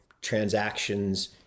transactions